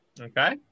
Okay